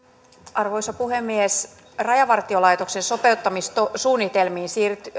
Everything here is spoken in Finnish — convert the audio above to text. arvoisa puhemies rajavartiolaitoksen sopeuttamissuunnitelmiin